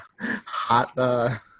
hot